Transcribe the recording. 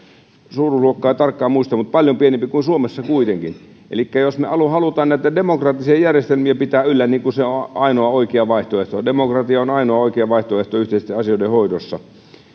suuruusluokkaa en tarkkaan muista mutta kuitenkin paljon pienempi kuin suomessa elikkä jos me haluamme haluamme näitä demokraattisia järjestelmiä pitää yllä se on ainoa oikea vaihtoehto demokratia on ainoa oikea vaihtoehto yhteisten asioiden hoidossa